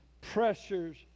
pressures